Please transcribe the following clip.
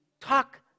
talk